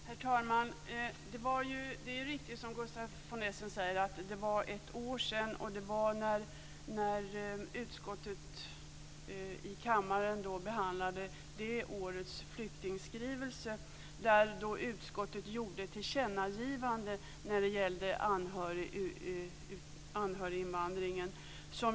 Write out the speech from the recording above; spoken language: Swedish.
Herr talman! Det är riktigt som Gustaf von Essen säger. Det var för ett år sedan när utskottet i kammaren behandlade det årets skrivelse. Utskottet gjorde då ett tillkännagivande när det gällde anhöriginvandringen.